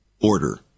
order